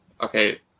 okay